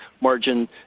margin